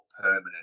permanent